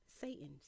Satan